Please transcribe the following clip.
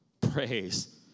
Praise